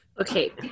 Okay